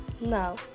No